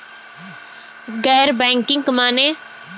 गैर बैंकिंग माने?